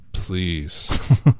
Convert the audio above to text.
please